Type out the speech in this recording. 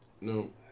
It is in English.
no